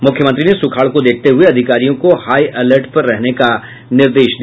मुख्यमंत्री ने सुखाड़ को देखते हुये अधिकारियों को हाईअलर्ट पर रहने का निर्देश दिया